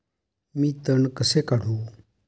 मी तण कसे काढू?